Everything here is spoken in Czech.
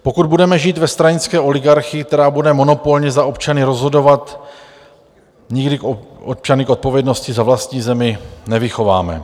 Pokud budeme žít ve stranické oligarchii, která bude monopolně za občany rozhodovat, nikdy občany k odpovědnosti za vlastní zemi nevychováme.